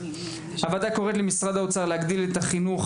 הוועדה קוראת למשרד האוצר להגדיל את החינוך